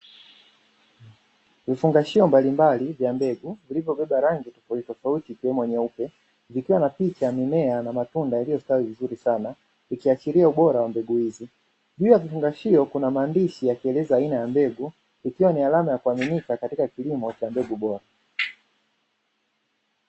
Vifungashio mbalimbali vya mbegu, vilivyobeba rangi tofautitofauti ikiwemo nyeupe zikiwa na picha ya mimea na matunda yaliyostawi vizuri sana ikiashiria ubora wa mbegu hizi. Juu ya vifungashio kuna maandishi yakieleza aina ya mbegu ikiwa ni alama ya kuaminika katika kilimo cha mbegu bora.